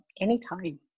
anytime